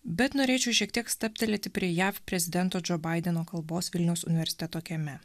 bet norėčiau šiek tiek stabtelėti prie jav prezidento džo baideno kalbos vilniaus universiteto kieme